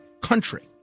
country